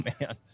man